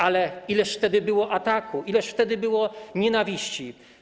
Ale ileż wtedy było ataków, ileż wtedy było nienawiści.